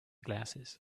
glasses